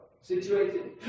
situated